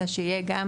אלא שיהיו גם